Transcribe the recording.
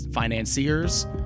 financiers